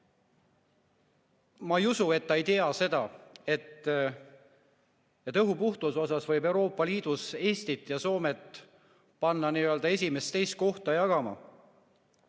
Ma ei usu, et ta ei tea seda, et õhu puhtuse osas võib Euroopa Liidus Eesti ja Soome panna esimest ja teist kohta jagama.